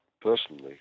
Personally